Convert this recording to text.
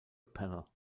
panel